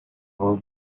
will